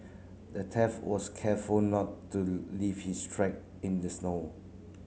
the theft was careful to not leave his track in the snow